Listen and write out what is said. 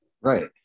Right